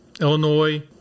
Illinois